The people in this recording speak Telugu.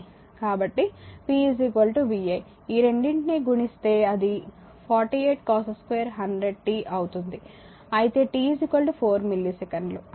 కాబట్టి p vi ఈ రెండిటిని గుణిస్తే అది 48 cos2100 t అవుతుంది అయితే t 4 మిల్లీసెకన్లు